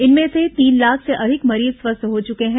इनमें से तीन लाख से अधिक मरीज स्वस्थ हो चुके हैं